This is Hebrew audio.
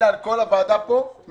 על כל הוועדה הזאת מצפצפים.